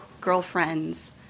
girlfriends